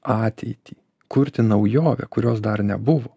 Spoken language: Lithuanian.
ateitį kurti naujovę kurios dar nebuvo